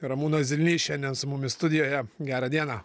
ramūnas zilnys šiandien su mumis studijoje gera diena